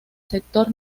sector